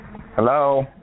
Hello